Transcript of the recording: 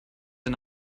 ein